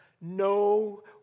No